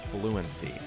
fluency